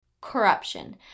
corruption